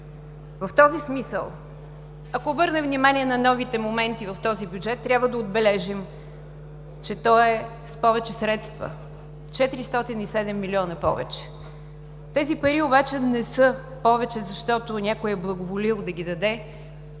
В този смисъл, ако обърнем внимание на новите моменти в този бюджет, трябва да отбележим, че той е с повече средства – 407 милиона повече. Тези пари, обаче не са повече, защото някой е благоволил да ги даде,